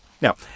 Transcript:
Now